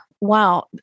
wow